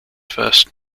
first